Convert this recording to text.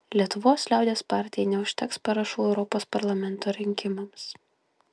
lietuvos liaudies partijai neužteks parašų europos parlamento rinkimams